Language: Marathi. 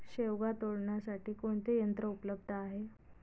शेवगा तोडण्यासाठी कोणते यंत्र उपलब्ध आहे?